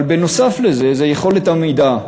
אבל בנוסף לזה, זה יכולת עמידה.